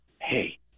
hey